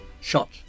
shot